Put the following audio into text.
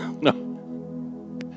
no